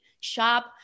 shop